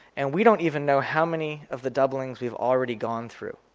and we don't even know how many of the doublings we've already gone through.